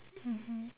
mmhmm